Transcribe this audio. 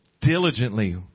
Diligently